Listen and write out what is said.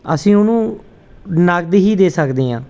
ਅਸੀਂ ਉਹਨੂੰ ਨਕਦ ਹੀ ਦੇ ਸਕਦੇ ਹਾਂ